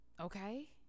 Okay